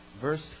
verse